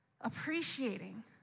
appreciating